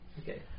Okay